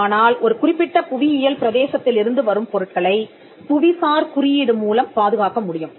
ஆனால் ஒரு குறிப்பிட்ட புவியியல் பிரதேசத்திலிருந்து வரும் பொருட்களை புவிசார் குறியீடு மூலம் பாதுகாக்க முடியும்